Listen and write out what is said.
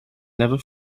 never